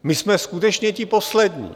My jsme skutečně ti poslední.